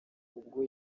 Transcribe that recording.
ubwo